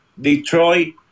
detroit